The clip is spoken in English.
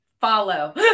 follow